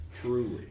Truly